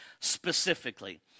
specifically